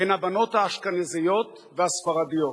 בין הבנות האשכנזיות והספרדיות.